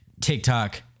TikTok